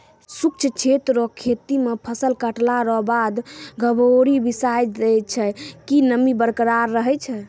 शुष्क क्षेत्र रो खेती मे फसल काटला रो बाद गभोरी बिसाय दैय छै कि नमी बरकरार रहै